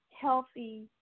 healthy